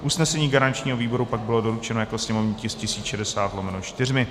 Usnesení garančního výboru pak bylo doručeno jako sněmovní tisk 1060/4.